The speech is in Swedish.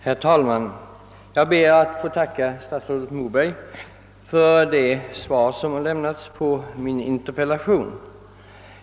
Herr talman! Jag ber att få tacka statsrådet Moberg för det svar han lämnat på min interpellation.